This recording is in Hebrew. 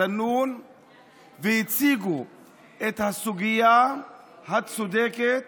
דנון והציגו את הסוגיה הצודקת.